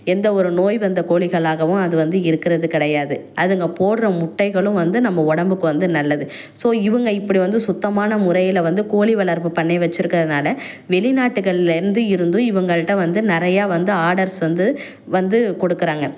எந்த ஒரு நோய் வந்த கோழிகளாகவும் அது வந்து இருக்கிறது கிடையாது அதுங்கள் போடுற முட்டைகளும் வந்து நம்ம உடம்புக்கு வந்து நல்லது ஸோ இவங்க இப்படி வந்து சுத்தமான முறையில வந்து கோழி வளர்ப்பு பண்ணை வச்சுருக்கதனால வெளிநாட்டுகள்ல இருந்து இருந்தும் இவங்கள்ட்ட வந்து நிறையா வந்து ஆர்டர்ஸ் வந்து வந்து கொடுக்குறாங்க